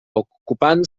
ocupant